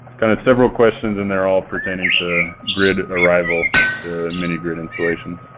kind of several questions in there all pertaining to grid arrival to mini-grid installation.